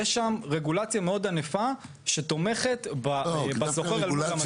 יש שם רגולציה מאוד ענפה שתומכת בשוכר לעומת המשכיר.